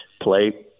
play